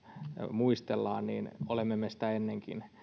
muistellaan niin olemme me sitä ennenkin